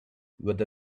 with